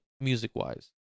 music-wise